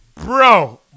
Bro